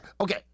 Okay